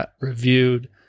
reviewed